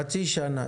חצי שנה.